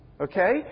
Okay